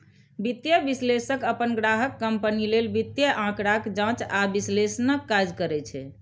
वित्तीय विश्लेषक अपन ग्राहक कंपनी लेल वित्तीय आंकड़ाक जांच आ विश्लेषणक काज करै छै